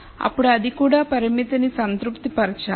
అప్పుడు అది కూడా పరిమితిని సంతృప్తి పరచాలి